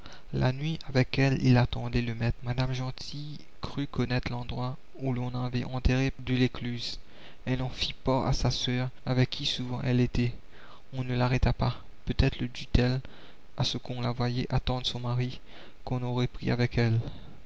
la nuit avec elle il attendait le maître la commune madame gentil crut connaître l'endroit où l'on avait enterré delescluze elle en fit part à sa sœur avec qui souvent elle était on ne l'arrêta pas peut-être le dut-elle à ce qu'on la voyait attendre son mari qu'on aurait pris avec elle